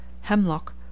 hemlock